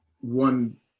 one